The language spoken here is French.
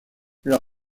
leur